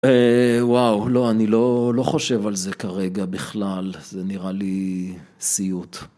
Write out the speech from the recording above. וואו, לא, אני לא חושב על זה כרגע בכלל, זה נראה לי סיוט.